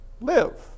live